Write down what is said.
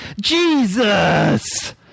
jesus